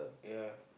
ya